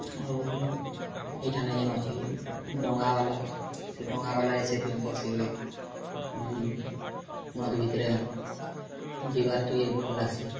ଆଉ ଇଠାନେ ଯେନ୍ ଅଛେ ଡଙ୍ଗାବାଲା ସେ ଡଙ୍ଗାବାଲା ସେତୁ ବସି କିରି ନଏଦ୍ ଭିତ୍ରେ ଯିବାର୍ ଟିକେ ଭଲ୍ ଲାଗ୍ସି